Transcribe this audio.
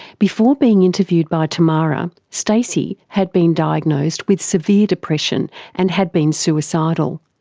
before being interviewed by tamara, stacey had been diagnosed with severe depression and had been suicidal,